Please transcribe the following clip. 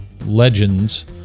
legends